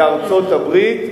הופיעה בארצות-הברית,